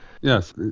yes